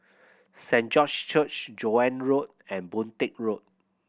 Saint George Church Joan Road and Boon Teck Road